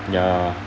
ya